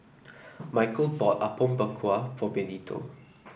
Micheal bought Apom Berkuah for Benito